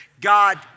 God